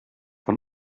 von